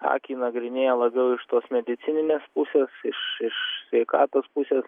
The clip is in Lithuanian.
akį nagrinėja labiau iš tos medicininės pusės iš iš sveikatos pusės